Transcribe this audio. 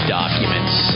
documents